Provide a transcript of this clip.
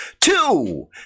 Two